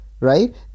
Right